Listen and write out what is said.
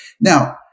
Now